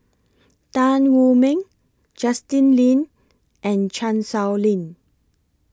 Tan Wu Meng Justin Lean and Chan Sow Lin